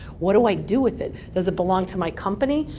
what do i do with it? does it belong to my company?